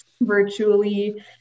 virtually